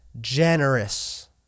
generous